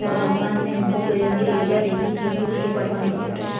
एगो बागवान में हम गइल रही ओइजा देखनी की फूल के पटवनी होत रहे